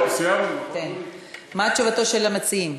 מה תשובתם של המציעים,